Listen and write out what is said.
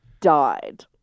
died